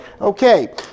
Okay